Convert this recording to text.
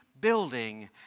building